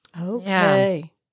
Okay